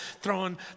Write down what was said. throwing